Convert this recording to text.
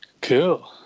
Cool